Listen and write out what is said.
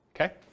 okay